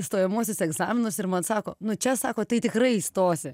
stojamuosius egzaminus ir man sako nu čia sako tai tikrai įstosi